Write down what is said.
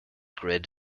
grid